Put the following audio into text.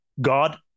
God